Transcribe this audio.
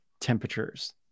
temperatures